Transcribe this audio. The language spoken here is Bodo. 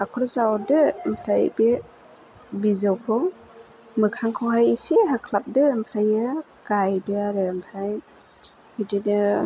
हाखर जावदो आमफ्राय बे बिजौखौ मोखांखौहाय एसे हाख्लाबदो ओमफ्रायो गायदो आरो ओमफ्राय बिदिनो